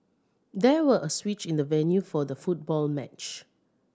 there was a switch in the venue for the football match